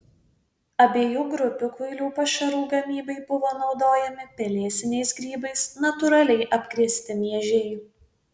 abiejų grupių kuilių pašarų gamybai buvo naudojami pelėsiniais grybais natūraliai apkrėsti miežiai